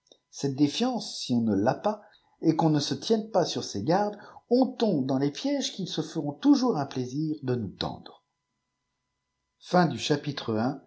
cette défiance si on ne l'a pas et qu'on ne se tienne pas sur ses gard on tombe dans les pièges qu'ils se feront toujours un plaisir de nous tendre